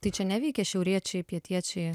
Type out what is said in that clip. tai čia nevykę šiauriečiai pietiečiai